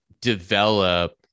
develop